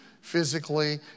physically